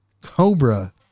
cobra